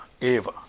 Eva